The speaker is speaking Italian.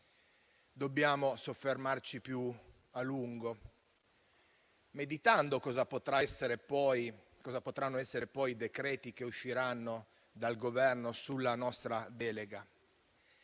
dobbiamo soffermarci più a lungo, meditando cosa potranno essere poi i decreti che usciranno dal Governo sulla nostra delega.